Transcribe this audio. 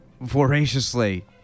voraciously